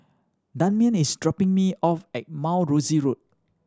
Damien is dropping me off at Mount Rosie Road